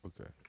Okay